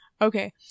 Okay